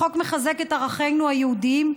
החוק מחזק את ערכינו היהודיים,